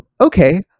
Okay